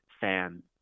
fan